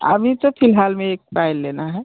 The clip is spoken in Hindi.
अभी तो फिलहाल में एक पायल लेना है